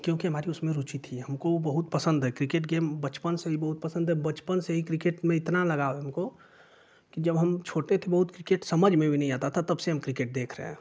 क्योंकि बहुत उसमें रूचि थी हमको बहुत पसंद है क्रिकेट गेम बचपन से ही बहुत पसंद बचपन से हीं क्रिकेट में इतना लगाव है हमको की जब हम छोटे थे बहुत जब हमको क्रिकेट समझ में भी नहीं आ था तब से हम क्रिकेट देख रहे हैं